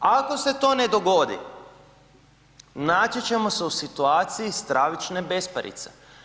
Ako se to ne dogodi, naći ćemo se u situaciji stravične besparice.